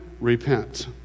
repent